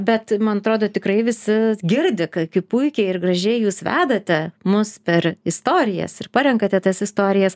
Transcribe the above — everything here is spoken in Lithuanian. bet man atrodo tikrai visi girdi kaip puikiai ir gražiai jūs vedate mus per istorijas ir parenkate tas istorijas